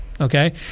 Okay